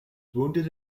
wounded